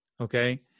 Okay